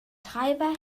treiber